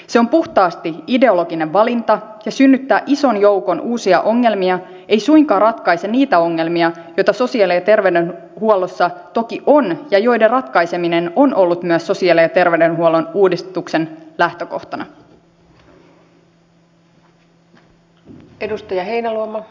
se on puhtaasti ideologinen valinta ja synnyttää ison joukon uusia ongelmia ei suinkaan ratkaise niitä ongelmia joita sosiaali ja terveydenhuollossa toki on ja joiden ratkaiseminen on ollut myös sosiaali ja terveydenhuollon uudistuksen lähtökohtana